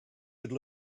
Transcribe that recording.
could